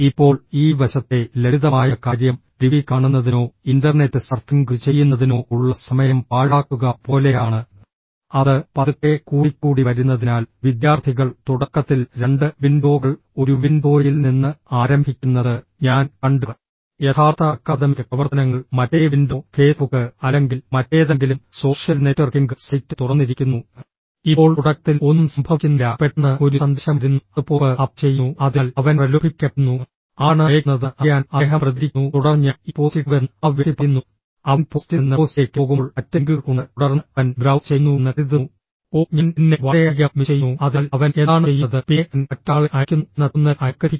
ഇപ്പോൾ ഈ വശത്തെ ലളിതമായ കാര്യം ടിവി കാണുന്നതിനോ ഇന്റർനെറ്റ് സർഫിംഗ് ചെയ്യുന്നതിനോ ഉള്ള സമയം പാഴാക്കുക പോലെയാണ് അത് പതുക്കെ കൂടിക്കൂടി വരുന്നതിനാൽ വിദ്യാർത്ഥികൾ തുടക്കത്തിൽ രണ്ട് വിൻഡോകൾ ഒരു വിൻഡോയിൽ നിന്ന് ആരംഭിക്കുന്നത് ഞാൻ കണ്ടു യഥാർത്ഥ അക്കാദമിക് പ്രവർത്തനങ്ങൾ മറ്റേ വിൻഡോ ഫേസ്ബുക്ക് അല്ലെങ്കിൽ മറ്റേതെങ്കിലും സോഷ്യൽ നെറ്റ്വർക്കിംഗ് സൈറ്റ് തുറന്നിരിക്കുന്നു ഇപ്പോൾ തുടക്കത്തിൽ ഒന്നും സംഭവിക്കുന്നില്ല പെട്ടെന്ന് ഒരു സന്ദേശം വരുന്നു അത് പോപ്പ് അപ്പ് ചെയ്യുന്നു അതിനാൽ അവൻ പ്രലോഭിപ്പിക്കപ്പെടുന്നു ആരാണ് അയയ്ക്കുന്നതെന്ന് അറിയാൻ അദ്ദേഹം പ്രതികരിക്കുന്നു തുടർന്ന് ഞാൻ ഈ പോസ്റ്റ് ഇട്ടുവെന്ന് ആ വ്യക്തി പറയുന്നു അവൻ പോസ്റ്റിൽ നിന്ന് പോസ്റ്റിലേക്ക് പോകുമ്പോൾ മറ്റ് ലിങ്കുകൾ ഉണ്ട് തുടർന്ന് അവൻ ബ്രൌസ് ചെയ്യുന്നുവെന്ന് കരുതുന്നു ഓ ഞാൻ എന്നെ വളരെയധികം മിസ് ചെയ്യുന്നു അതിനാൽ അവൻ എന്താണ് ചെയ്യുന്നത് പിന്നെ അവൻ മറ്റൊരാളെ അയയ്ക്കുന്നു എന്ന തോന്നൽ അയാൾക്ക് ലഭിക്കുന്നു